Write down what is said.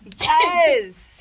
yes